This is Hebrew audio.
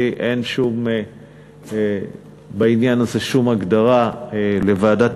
לי אין בעניין הזה שום הגדרה לוועדה,